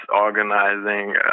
organizing